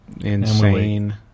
Insane